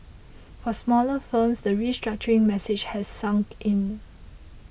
for smaller firms the restructuring message has sunk in